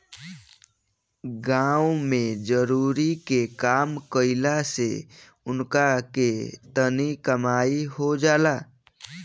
गाँव मे मजदुरी के काम कईला से उनका के तनी कमाई हो जाला